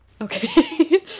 okay